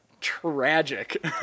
tragic